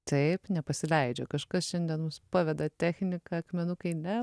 taip nepasileidžia kažkas šiandien mus paveda technika akmenukai ne